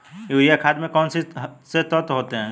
Urea खाद में कौन कौन से तत्व होते हैं?